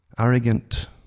Arrogant